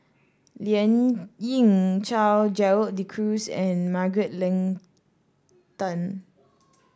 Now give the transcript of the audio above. Lien Ying Chow Gerald De Cruz and Margaret Leng Tan